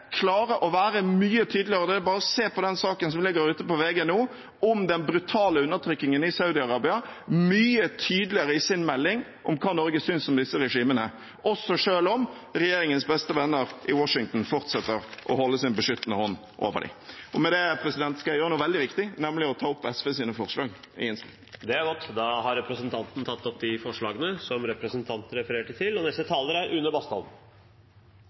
å være mye tydeligere – det er bare å se på den saken som ligger ute på VG nå, om den brutale undertrykkingen i Saudi-Arabia – i sin melding om hva Norge synes om disse regimene, også selv om regjeringens beste venner i Washington fortsetter å holde sin beskyttende hånd over dem. Med det skal jeg gjøre noe veldig viktig, nemlig å ta opp SVs forslag i innstillingen. Representanten Audun Lysbakken har tatt opp de forslagene han refererte til.